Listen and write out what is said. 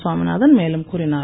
சுவாமிநாதன் மேலும் கூறினார்